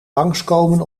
langskomen